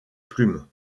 plume